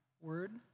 word